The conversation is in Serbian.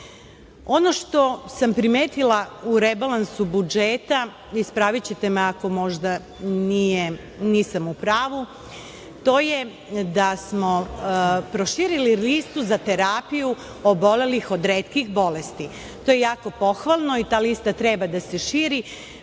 što sam primetila u rebalansu budžeta, ispravićete me ako možda nisam u pravu, to je da smo proširili listu za terapiju obolelih od retkih bolesti. To je jako pohvalno i ta lista treba da se širi,